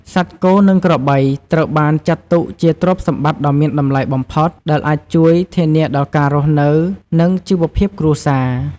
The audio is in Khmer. សត្វគោ និងក្របីត្រូវបានចាត់ទុកជាទ្រព្យសម្បត្តិដ៏មានតម្លៃបំផុត ដែលអាចជួយ ធានាដល់ការរស់នៅ និង ជីវភាពគ្រួសារ។